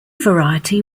variety